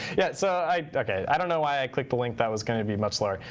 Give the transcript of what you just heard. yeah, so i i don't know why i clicked the link. that was going to be much slower.